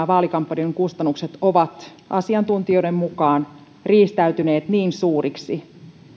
vaalikampanjoiden kustannukset ovat asiantuntijoiden mukaan riistäytyneet niin suuriksi